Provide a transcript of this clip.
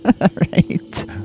Right